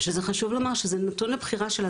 שחשוב לומר את זה, שזה נתון לבחירה שלה.